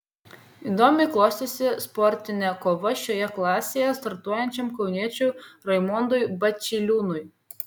įdomiai klostėsi sportinė kova šioje klasėje startuojančiam kauniečiui raimondui bačiliūnui